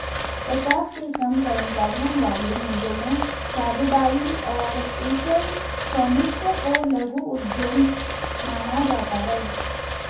पचास से कम कर्मचारियों वाले निगमों, साझेदारी और एकल स्वामित्व को लघु उद्यम माना जाता है